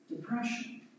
depression